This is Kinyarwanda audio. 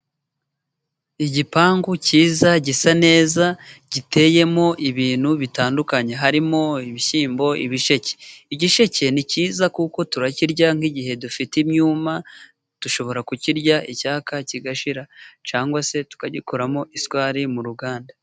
Igipangu cyiza gisa neza, giteyemo ibintu bitandukanye, harimo ibishyimbo, ibisheke. Igisheke ni cyiza, kuko turakirya nk'igihe dufite imyuma, dushobora kukirya, icyaka kigashira, cyangwa se tukagikuramo isukari mu ruganda.